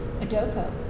Adopo